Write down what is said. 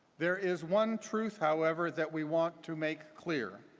there is one truth, however, that we want to make clear.